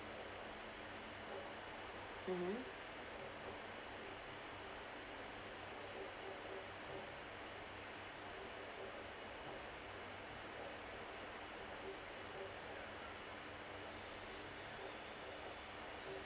mmhmm